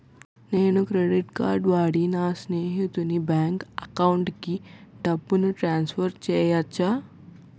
నేను credit card వాడి నా స్నేహితుని బ్యాంక్ అకౌంట్ కి డబ్బును ట్రాన్సఫర్ చేయచ్చా?